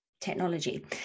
technology